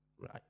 Right